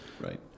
Right